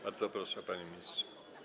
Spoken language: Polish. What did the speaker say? Bardzo proszę, panie ministrze.